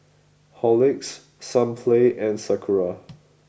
Horlicks Sunplay and Sakura